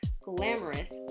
Glamorous